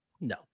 No